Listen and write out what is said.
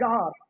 God